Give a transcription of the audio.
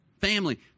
Family